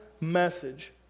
message